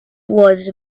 was